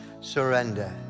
surrender